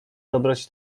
dobroć